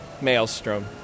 Maelstrom